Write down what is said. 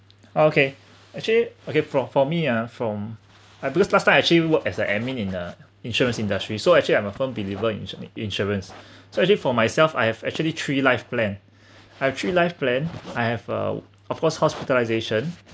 okay actually okay fo~ for me ah from I because last time I actually work as a admin in the insurance industry so actually I'm a firm believer in injury insurance so actually for myself I have actually three life plan I have three life plan I have uh of course hospitalization